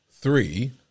three